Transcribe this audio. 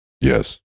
Yes